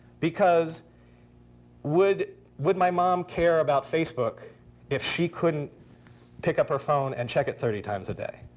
because would would my mom care about facebook if she couldn't pick up her phone and check it thirty times a day?